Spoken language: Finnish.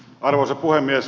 arvoisa puhemies